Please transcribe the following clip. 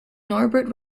norbert